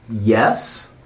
Yes